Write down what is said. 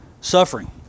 suffering